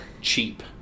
cheap